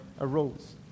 arose